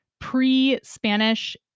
pre-Spanish